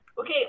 okay